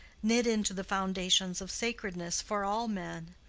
knit into the foundations of sacredness for all men.